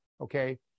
okay